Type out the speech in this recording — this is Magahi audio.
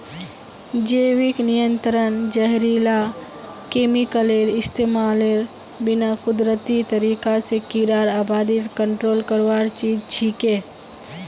जैविक नियंत्रण जहरीला केमिकलेर इस्तमालेर बिना कुदरती तरीका स कीड़ार आबादी कंट्रोल करवार चीज छिके